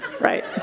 right